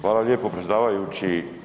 Hvala lijepo predsjedavajući.